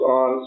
on